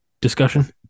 discussion